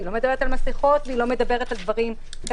היא לא מדברת על מסכות או על דברים כאלה.